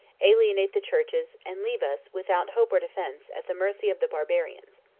alienate the churches, and leave us, without hope or defence, at the mercy of the barbarians.